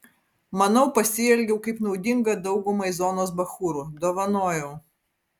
manau pasielgiau kaip naudinga daugumai zonos bachūrų dovanojau